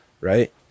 Right